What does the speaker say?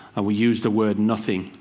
and we use the word nothing.